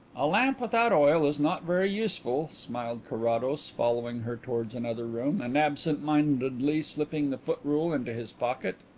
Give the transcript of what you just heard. a lamp without oil is not very useful, smiled carrados, following her towards another room, and absentmindedly slipping the foot-rule into his pocket.